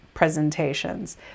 presentations